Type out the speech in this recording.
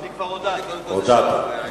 הודעת.